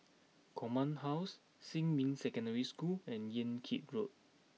Command House Xinmin Secondary School and Yan Kit Road